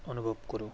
অনুভৱ কৰোঁ